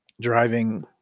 driving